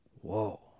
Whoa